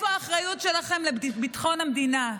איפה האחריות שלכם לביטחון המדינה?